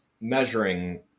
measuring